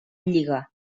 lliga